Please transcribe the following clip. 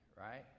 right